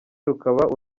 rukaba